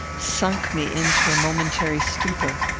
sunk me into a momentary stupor.